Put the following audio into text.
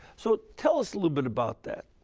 so, tell us a little bit about that.